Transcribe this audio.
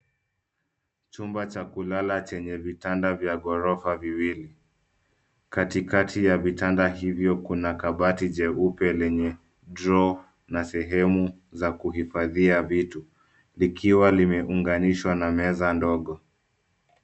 Chumba cha kulala chenye vitanda vya ghorofa viwili. Katikati ya vitanda hivyo kuna kabati jeupe lenye droo na sehemu za kuhifadhia vitu likiwa limeunganishwa na meza ndogo.